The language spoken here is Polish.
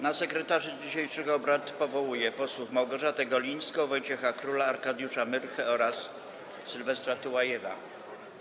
Na sekretarzy dzisiejszych obrad powołuję posłów Małgorzatę Golińską, Wojciecha Króla, Arkadiusza Myrchę oraz Sylwestra Tułajewa.